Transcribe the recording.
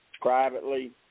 privately